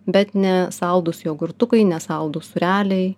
bet ne saldūs jogurtukai ne saldūs sūreliai